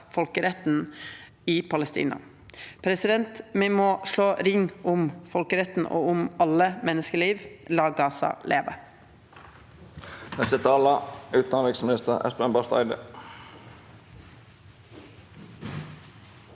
folkeretten i Palestina. Me må slå ring om folkeretten og om alle menneskeliv. La Gaza leve!